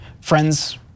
friends